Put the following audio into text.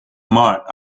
mott